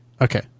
Okay